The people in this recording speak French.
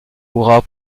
hurrah